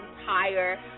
entire